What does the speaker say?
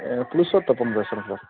புருஷோத்தப்பன் பேசுகிறேன் சார்